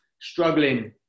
struggling